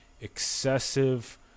excessive